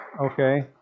Okay